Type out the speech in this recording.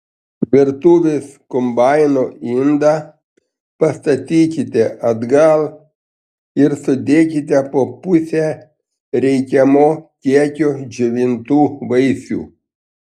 virtuvės kombaino indą pastatykite atgal ir sudėkite po pusę reikiamo kiekio džiovintų vaisių